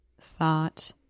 thought